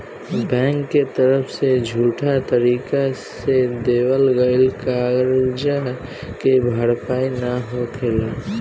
bank के तरफ से झूठा तरीका से देवल गईल करजा के भरपाई ना होखेला